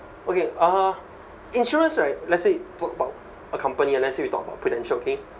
okay uh insurance right let's say talk about a company let's say we talk about prudential okay